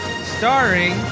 starring